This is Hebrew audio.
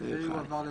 נגד, אין נמנעים,